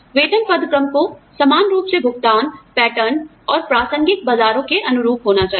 वेतन पदक्रम को समान रूप से भुगतान पैटर्न और प्रासंगिक बाजारों के अनुरूप होना चाहिए